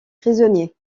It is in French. prisonnier